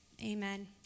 Amen